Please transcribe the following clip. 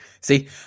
see